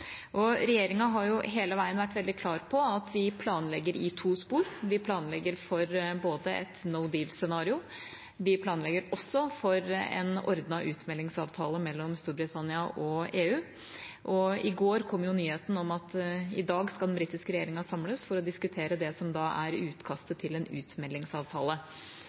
Regjeringa har hele veien vært veldig klar på at vi planlegger langs to spor. Vi planlegger både for et «no deal»-scenario og også for en ordnet utmeldingsavtale mellom Storbritannia og EU. I går kom nyheten om at den britiske regjeringa i dag skal samles for å diskutere det som er utkastet til en utmeldingsavtale.